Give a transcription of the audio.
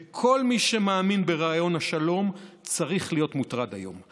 וכל מי שמאמין ברעיון השלום צריך להיות מוטרד היום.